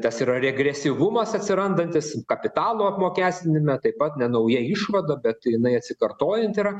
tas yra regresyvumas atsirandantis kapitalo apmokestinime taip pat ne nauja išvada bet jinai atsikartojanti yra